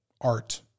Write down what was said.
art